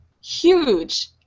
huge